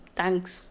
thanks